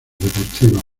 deportivas